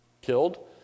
killed